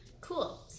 cool